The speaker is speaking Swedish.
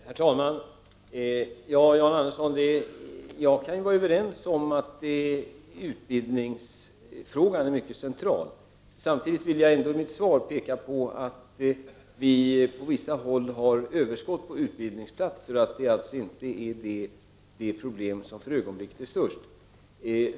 Herr talman! Jag och Jan Andersson kan vara överens om att utbildningsfrågan är mycket central. Samtidigt vill jag i mitt svar påpeka att vi på vissa håll har överskott av utbildningsplatser. Detta är alltså inte det problem som för ögonblicket är störst.